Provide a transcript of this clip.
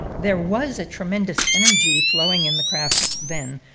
there was a tremendous energy flowing in the crafts then,